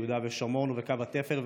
ביהודה ושומרון ובקו התפר,